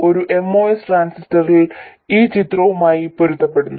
ഒരു MOS ട്രാൻസിസ്റ്ററിൽ ഈ ചിത്രവുമായി പൊരുത്തപ്പെടുന്നു